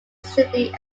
simply